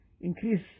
increase